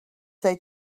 they